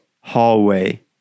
hallway